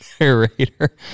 narrator